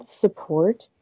support